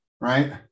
right